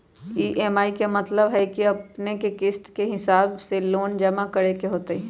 EMI के मतलब है कि अपने के किस्त के हिसाब से लोन जमा करे के होतेई?